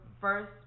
first